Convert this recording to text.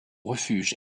refuge